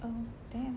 um then